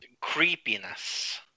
creepiness